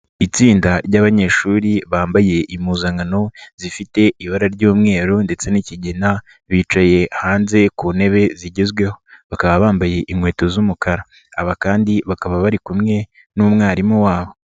Itsinda ry'abanyeshuri bambaye impuzankano zifite ibara ry'umweru ndetse n'ikigina, bicaye hanze ku ntebe zigezweho. Bakaba bambaye inkweto z'umukara. Aba kandi bakaba bari kumwe n'umwarimu wabo.